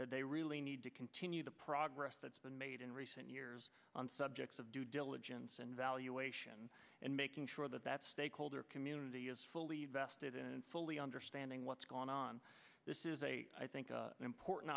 they really need to continue the progress that's been made in recent years on subjects of due diligence and evaluation and making sure that that stakeholder community is fully invested in fully understanding what's going on this is a i think important